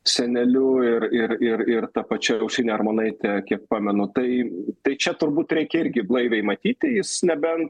seneliu ir ir ir ir ta pačia aušrine armonaite kiek pamenu tai tai čia turbūt reikia irgi blaiviai matyti jis nebent